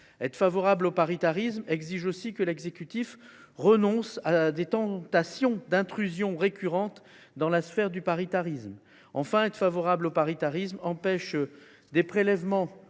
Être favorable au paritarisme exige aussi que l’exécutif renonce aux tentations d’intrusion récurrentes dans la sphère du paritarisme. Être favorable au paritarisme empêche des prélèvements